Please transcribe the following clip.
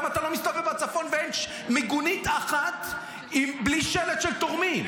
היום אתה מסתובב בצפון ואין מיגונית אחת בלי שלט של תורמים.